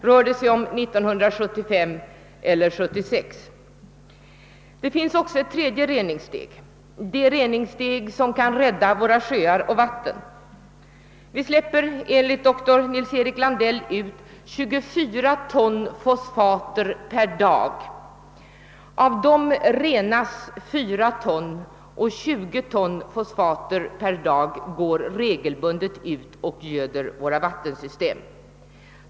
Rör det sig om 1975 eller 1976? Det finns också ett tredje reningssteg, det reningssteg som kan rädda våra sjöar och vatten. Vi släpper enligt dr Nils-Erik Landell ut 24 ton fosiater per dag. Av dem renas 4 ton, och 20 ton fosfater per dag går regelbundet ut och göder våra vattensystem.